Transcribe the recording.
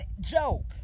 joke